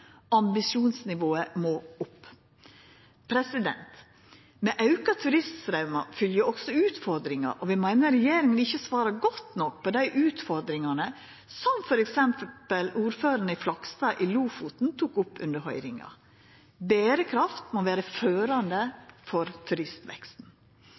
Ambisjonsnivået må opp. Med auka turiststraumar følgjer også utfordringar. Vi meiner regjeringa ikkje svarar godt nok på dei utfordringane som f.eks. ordføraren i Flakstad i Lofoten tok opp under høyringa. Berekraft må